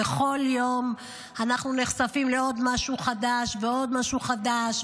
בכל יום אנחנו נחשפים לעוד משהו חדש ועוד משהו חדש.